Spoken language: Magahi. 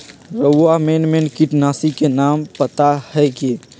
रउरा मेन मेन किटनाशी के नाम पता हए कि?